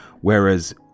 Whereas